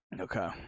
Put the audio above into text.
Okay